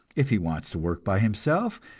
if he wants to work by himself,